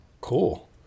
cool